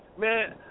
Man